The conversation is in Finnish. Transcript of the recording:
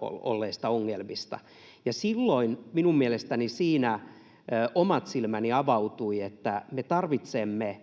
olleista ongelmista. Silloin minun mielestäni siinä omat silmäni avautuivat, että me tarvitsemme